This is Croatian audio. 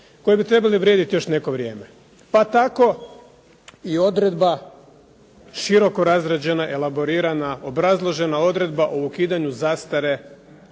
koji bi trebali vrijediti još neko vrijeme. Pa tako i odredba široko razrađena, elaborirana, obrazložena odredba o ukidanju zastare